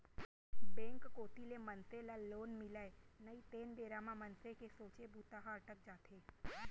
bank कोती ले मनसे ल लोन मिलय नई तेन बेरा म मनसे के सोचे बूता ह अटक जाथे